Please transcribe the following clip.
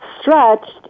stretched